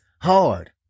hard